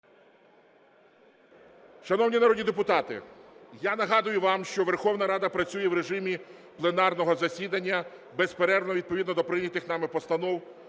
Шановні народні депутати, я нагадую вам, що Верховна Рада працює в режимі пленарного засідання безперервно відповідно до прийнятих нами постанов: